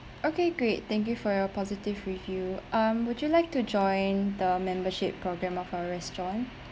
okay great thank you for your positive review um would you like to join the membership program of our restaurant